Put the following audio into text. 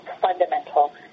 fundamental